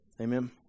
Amen